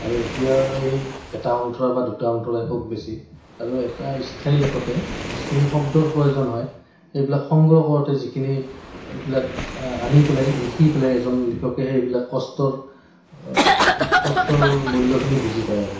আৰু এতিয়া এই এটা অন্তৰা বা দুটা অন্তৰাই খুব বেছি আৰু এটা স্থায়ী লেখোতে যিখিনি শব্দৰ প্ৰয়োজন হয় সেইবিলাক সংগ্ৰহ কৰোঁতে যিখিনি এইবিলাক আনি পেলাই লিখি পেলাই এজন লিখকে সেইবিলাক কষ্টৰ কষ্টৰ মূল্যখিনি বুজি পায় আৰু